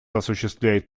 осуществляет